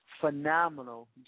phenomenal